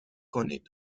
کنید